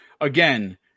Again